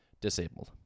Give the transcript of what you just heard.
disabled